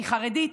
היא חרדית,